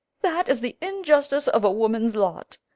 that is the injustice of a woman's lot.